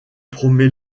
promet